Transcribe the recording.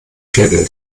viertel